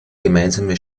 gemeinsame